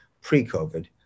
pre-COVID